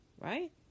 Right